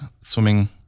swimming